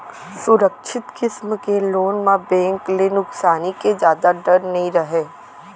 सुरक्छित किसम के लोन म बेंक ल नुकसानी के जादा डर नइ रहय